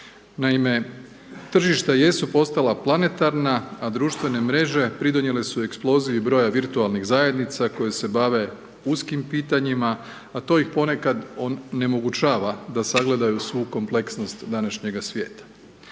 Naime, tržišta jesu postala planetarna a društvene mreže pridonijele su eksploziji broja virtualnih zajednica koje se bave uskim pitanjima, a to ih ponekad onemogućava da sagledaju svu kompleksnost današnjega svijeta.